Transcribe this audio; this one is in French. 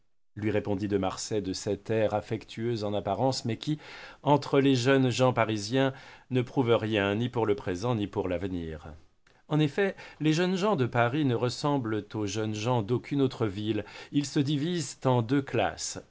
lui répondit de marsay de cet air affectueux en apparence mais qui entre les jeunes gens parisiens ne prouve rien ni pour le présent ni pour l'avenir en effet les jeunes gens de paris ne ressemblent aux jeunes gens d'aucune autre ville ils se divisent en deux classes